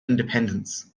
independence